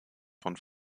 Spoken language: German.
von